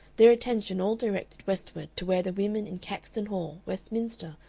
their attention all directed westward to where the women in caxton hall, westminster,